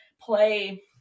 play